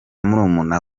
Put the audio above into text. murumuna